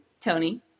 Tony